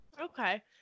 Okay